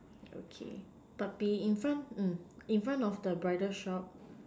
okay but be in front mm in front of the bridal shop